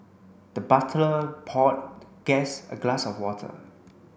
the butler poured guest a glass of water